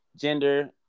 gender